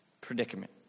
predicament